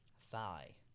thigh